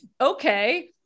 okay